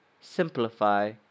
Simplify